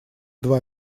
два